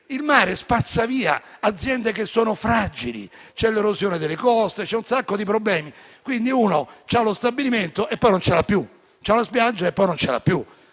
il mare spazza via aziende che sono fragili. C'è l'erosione delle coste, ci sono tanti problemi. Quindi uno ha lo stabilimento, ma poi non ce l'ha più; ha una spiaggia ma poi non ce l'ha più.